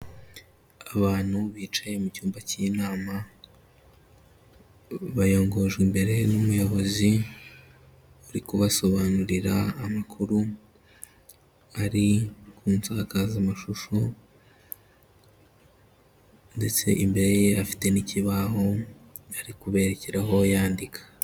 Abantu bicaye mu cyumba cy'inama, bayongojwe imbere n'umuyobozi uri kubasobanurira amakuru, ari ku nsakazamashusho ndetse imbere ye afite n'ikibaho ari kuberekeraho yandika.